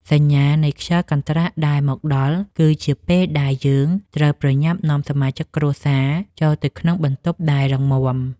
សញ្ញានៃខ្យល់កន្ត្រាក់ដែលមកដល់ គឺជាពេលដែលយើងត្រូវប្រញាប់នាំសមាជិកគ្រួសារចូលទៅក្នុងបន្ទប់ដែលរឹងមាំ។